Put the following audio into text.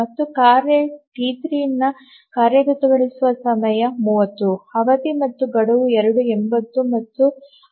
ಮತ್ತು ಕಾರ್ಯ ಟಿ3 ರ ಕಾರ್ಯಗತಗೊಳಿಸುವ ಸಮಯ 30 ಅವಧಿ ಮತ್ತು ಗಡುವು ಎರಡೂ 80 ಮತ್ತು ಹಂತ 50 ಆಗಿದೆ